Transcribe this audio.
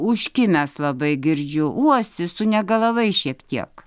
užkimęs labai girdžiu uosi sunegalavai šiek tiek